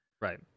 right